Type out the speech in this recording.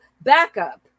backup